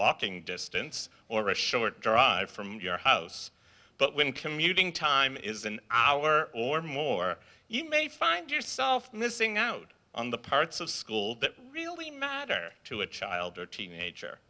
walking distance or a short drive from your house but when commuting time is an hour or more you may find yourself missing out on the parts of school that really matter to a child or teenager